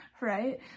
right